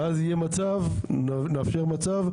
ואז נאפשר מצב,